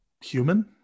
Human